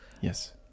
Yes